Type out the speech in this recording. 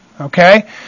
okay